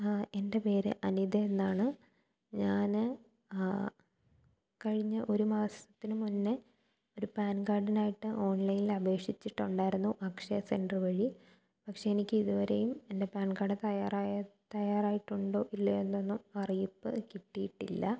എൻ്റെ പേര് അനിതയെന്നാണ് ഞാന് കഴിഞ്ഞ ഒരു മാസത്തിന് മുന്നേ ഒരു പാൻ കാർഡിനായിട്ട് ഓൺലൈനിൽ അപേക്ഷിച്ചിട്ടുണ്ടായിരുന്നു അക്ഷയ സെൻറ്റർ വഴി പക്ഷെ എനിക്ക് ഇതുവരെ എൻ്റെ പാൻ കാർഡ് തയാറായി തയാറായിട്ടുണ്ടോ ഇല്ലയോ എന്നൊന്നും അറിയിപ്പ് കിട്ടിയിട്ടില്ല